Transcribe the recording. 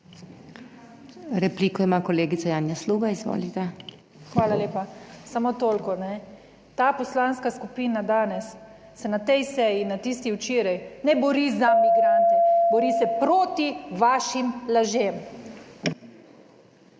Repliko ima kolegica Janja Sluga, izvolite. **JANJA SLUGA (PS Svoboda).** Hvala lepa. Samo toliko. Ta poslanska skupina danes se na tej seji, na tisti včeraj, ne bori za migrante, bori se proti vašim lažem.